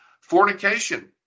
Fornication